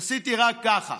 עשיתי רק ככה.